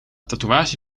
tatoeage